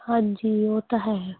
ਹਾਂਜੀ ਉਹ ਤਾਂ ਹੈ